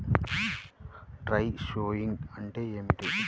Dry sowing అంటే ఏమిటి?